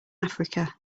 africa